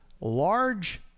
large